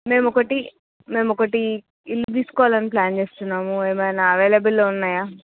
మేము ఒకటి మేము ఒకటీ ఇల్లు తీసుకోవాలని ప్లాన్ చేస్తున్నాము ఏమైనా అవైలబెల్లో ఉన్నాయా